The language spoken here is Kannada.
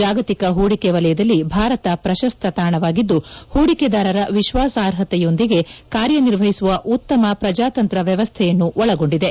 ಜಾಗತಿಕ ಹೂಡಿಕೆ ವಲಯದಲ್ಲಿ ಭಾರತ ಪ್ರಶಸ್ತ ತಾಣವಾಗಿದ್ದು ಹೂಡಿಕೆದಾರರ ವಿಶ್ವಾಸಾರ್ಹತೆಯೊಂದಿಗೆ ಕಾರ್ಯನಿರ್ವಹಿಸುವ ಉತ್ತಮ ಪ್ರಜಾತಂತ್ರ ವ್ಯವಸ್ಥೆಯನ್ನು ಒಳಗೊಂಡಿದೆ